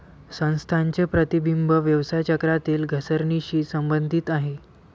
संस्थांचे प्रतिबिंब व्यवसाय चक्रातील घसरणीशी संबंधित आहे